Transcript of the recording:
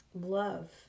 love